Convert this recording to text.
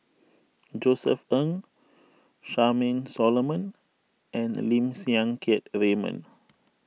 Josef Ng Charmaine Solomon and Lim Siang Keat Raymond